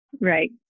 Right